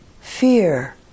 Fear